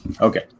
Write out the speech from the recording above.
Okay